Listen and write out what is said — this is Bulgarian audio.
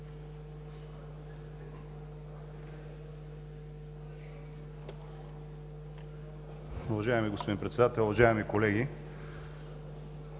Уважаеми господин Председател, уважаеми колеги!